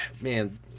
Man